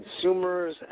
consumers